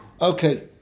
Okay